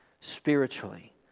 spiritually